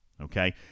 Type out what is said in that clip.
okay